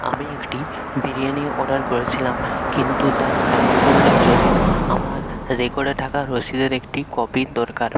আমি একটি বিরিয়ানি অর্ডার করেছিলাম কিন্তু তার ব্যয় পূরণের জন্য আমার রেকর্ডে টাকা রসিদের একটি কপির দরকার